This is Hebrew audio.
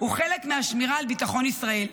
הוא חלק מהשמירה על ביטחון ישראל.